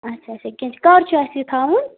اَچھا اَچھا کیٚنٛہہ چھُ کر چھُ اَسہِ یہِ تھاوُن